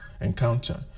encounter